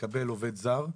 לקבל עובד זר,